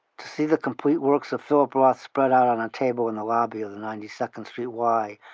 to see the complete works of philip roth spread out on a table in the lobby of the ninety second street y,